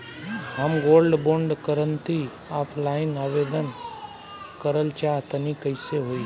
हम gold bond करंति offline आवेदन करल चाह तनि कइसे होई?